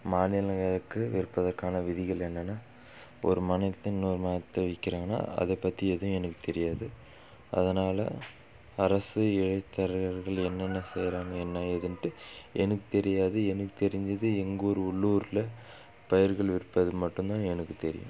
மாநிலங்ககளுக்கு விற்பதற்கான விதிகள் என்னென்னா ஒரு மாநிலத்திலிருந்து இன்னொரு மாநிலத்துக்கு விற்கிறாங்கன்னா அதைப்பத்தி எதும் எனக்கு தெரியாது அதனால் அரசு இடைத்தரகர்கள் என்னென்ன செய்யறாங்க என்ன ஏதுன்ட்டு எனக்கு தெரியாது எனக்கு தெரிஞ்சது எங்கூர் உள்ளூரில் பயிர்கள் விற்பது மட்டும் தான் எனக்கு தெரியும்